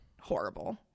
horrible